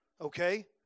Okay